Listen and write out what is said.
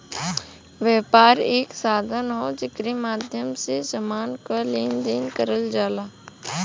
व्यापार एक साधन हौ जेकरे माध्यम से समान क लेन देन करल जाला